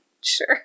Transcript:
Sure